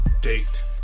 date